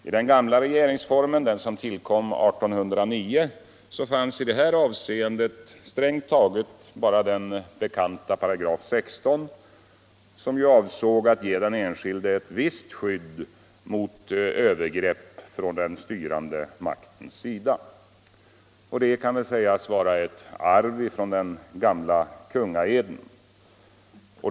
I den gamla regeringsformen, som tillkom 1809, fanns i detta avseende strängt taget bara den bekanta 16 § som avsåg att ge den enskilde ett visst skydd mot övergrepp från den styrande maktens sida. Den kan väl sägas vara ett arv från den gamla kungaeden.